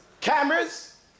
Cameras